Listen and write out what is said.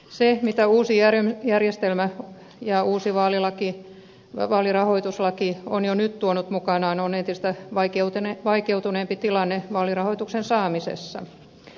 se mitä uusi järjestelmä ja uusi vaalirahoituslaki ovat jo nyt tuoneet mukanaan on entistä vaikeutuneempi tilanne vaalirahoituksen saamisessa